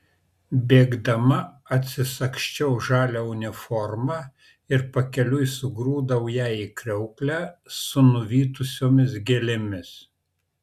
bėgdama atsisagsčiau žalią uniformą ir pakeliui sugrūdau ją į kriauklę su nuvytusiomis gėlėmis